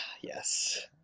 yes